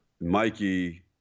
Mikey